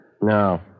no